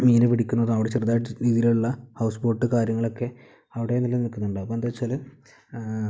മീൻ പിടിക്കുന്നതും അവിടെ ചെറുതായിട്ട് രീതിയിലുള്ള ഹൗസ് ബോട്ട് കാര്യങ്ങളൊക്കെ അവിടെയെല്ലാം കിട്ടുന്നുണ്ട് അപ്പോൾ എന്താന്ന് വെച്ചാൽ